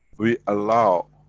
we, allow,